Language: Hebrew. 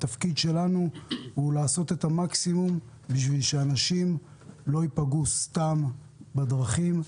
התפקיד שלנו הוא לעשות את המקסימום כדי שאנשים לא ייפגעו סתם בדרכים,